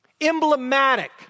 Emblematic